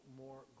more